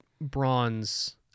bronze